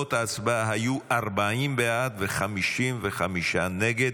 תוצאות ההצבעה היו 40 בעד ו-55 נגד,